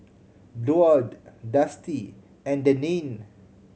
Duard Dusty and Denine